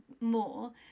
more